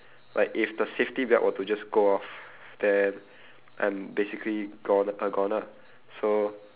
like if the safety belt were to just go off then I'm basically gone~ a goner so